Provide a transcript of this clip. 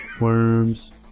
worms